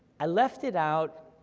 i left it out,